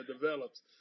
develops